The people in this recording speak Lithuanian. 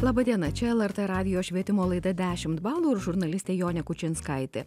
laba diena čia lrt radijo švietimo laida dešimt balų ir žurnalistė jonė kučinskaitė